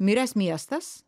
miręs miestas